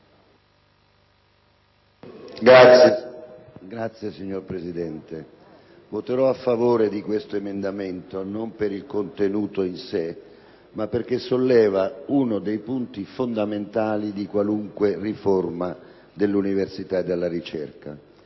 (FLI). Signor Presidente, voteroa favore di questo emendamento non per il contenuto in se´, ma per il fatto che solleva uno dei punti fondamentali di qualunque riforma dell’universita e della ricerca.